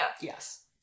Yes